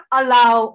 allow